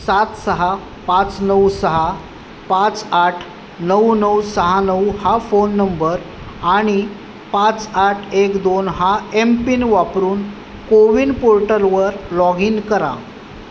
सात सहा पाच नऊ सहा पाच आठ नऊ नऊ सहा नऊ हा फोन नंबर आणि पाच आठ एक दोन हा एमपिन वापरून कोविन पोर्टलवर लॉग इन करा